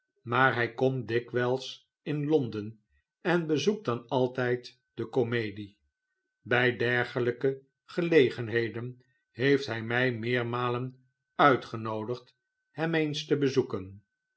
maar hij komt dikwijls in londen en bezoekt dan altyd de komedie bij dergelijke gelegenhesen heeft hij mij meermalen uitgenoodigd hem eens te bezoeken